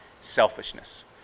selfishness